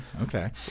okay